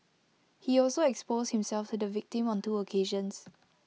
he also exposed himself to the victim on two occasions